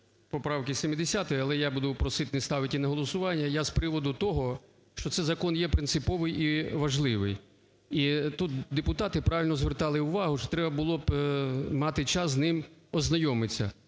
поправки 70. Але я буду просити не ставити її на голосування. Я з приводу того, що це закон є принциповий і важливий. І тут депутати правильно звертали увагу, що треба було б мати час з ним ознайомитись.